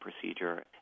procedure